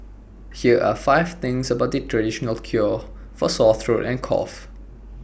here are five things about the traditional cure for sore throat and cough